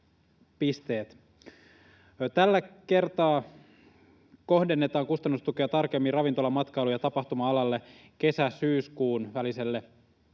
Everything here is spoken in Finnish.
Tällä kertaa kohdennetaan kustannustukea tarkemmin ravintola‑, matkailu- ja tapahtuma-alalle kesä—syyskuun väliselle ajalle